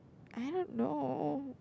I don't know